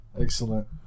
Excellent